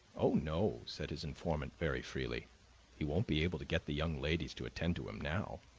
oh no, said his informant very freely he wouldn't be able to get the young ladies to attend to him now.